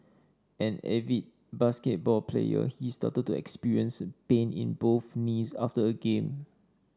an avid basketball player he started to experience pain in both knees after a game